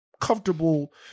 comfortable